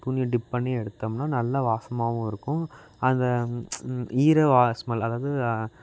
துணியை டிப் பண்ணி எடுத்தோம்னால் நல்ல வாசமாகவும் இருக்கும் அந்த ஈர ஸ்மெல் அதாவது